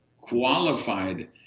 qualified